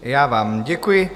Já vám děkuji.